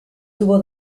tuvo